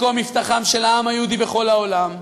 מקום מבטחו של העם היהודי בכל העולם.